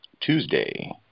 Tuesday